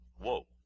Whoa